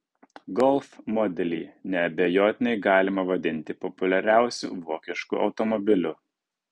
golf modelį neabejotinai galima vadinti populiariausiu vokišku automobiliu